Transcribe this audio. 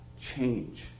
change